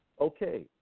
Okay